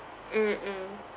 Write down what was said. mm mm